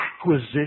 acquisition